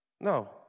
No